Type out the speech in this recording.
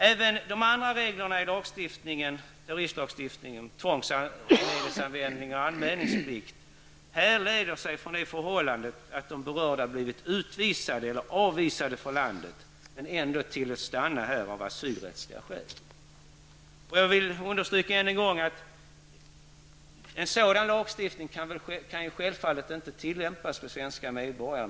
Även de andra reglerna i terroristlagstiftningen -- härleder sig från det förhållandet att de berörda har blivit utvisade eller avvisade från landet men ändå av asylrättsliga skäl tillåts stanna här. Jag vill än en gång understryka att en sådan lagstiftning med hänsyn till regeringsformens regler, självfallet inte kan tillämpas på svenska medborgare.